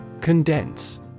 Condense